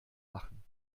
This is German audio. machen